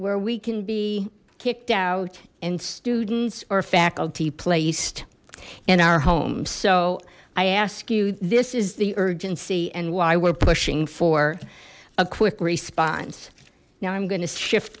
where we can be kicked out and students or faculty placed in our home so i ask you this is the urgency and why we're pushing for a quick response now i'm going to shift